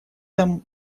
там